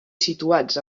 situats